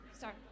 Sorry